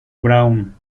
braun